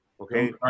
okay